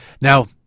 now